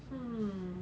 hmm